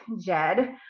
Jed